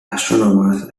astronomers